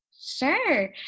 Sure